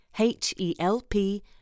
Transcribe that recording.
H-E-L-P